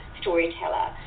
storyteller